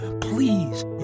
please